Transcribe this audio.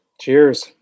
Cheers